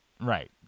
Right